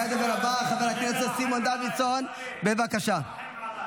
כעת הדובר הבא, סימון דוידסון, בבקשה.